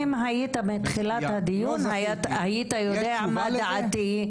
אם היית בתחילת הדיון היית יודע מה דעתי.